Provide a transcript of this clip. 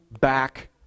back